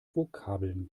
vokabeln